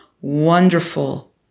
wonderful